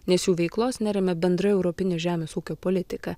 nes jų veiklos neremia bendra europinė žemės ūkio politika